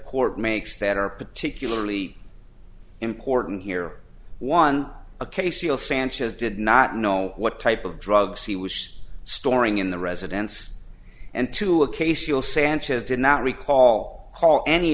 court makes that are particularly important here one a case you'll sanchez did not know what type of drugs he was storing in the residence and to a case you'll sanchez did not recall call any